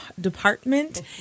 Department